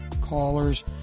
callers